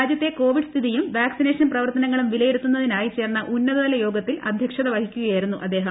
രാജ്യത്തെ കോവിഡ് ് സ്ഥിതിയും വാക്സിനേഷൻ പ്രവർത്തന ങ്ങളും വിലയിരുത്തുന്നതിനായി ചേർന്ന ഉന്നതതല യോഗത്തിൽ അധ്യക്ഷത വഹിക്കുകയായിരൂന്നു അദ്ദേഹം